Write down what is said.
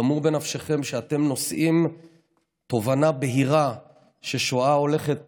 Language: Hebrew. דמו בנפשכם שאתם נושאים תובנה בהירה ששואה הולכת